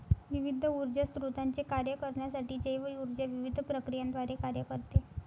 विविध ऊर्जा स्त्रोतांचे कार्य करण्यासाठी जैव ऊर्जा विविध प्रक्रियांद्वारे कार्य करते